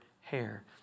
hair